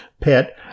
pet